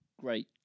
great